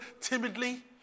timidly